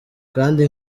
kandi